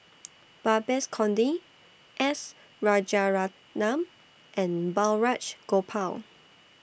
Babes Conde S Rajaratnam and Balraj Gopal